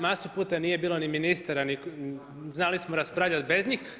Masu puta nije bilo ni ministara i znali smo raspravljati bez njih.